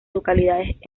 localidades